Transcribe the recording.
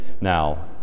now